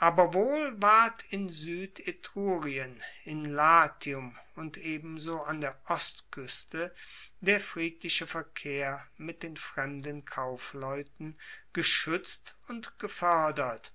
aber wohl ward in suedetrurien in latium und ebenso an der ostkueste der friedliche verkehr mit den fremden kaufleuten geschuetzt und gefoerdert